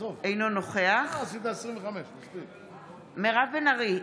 אינו נוכח מירב בן ארי,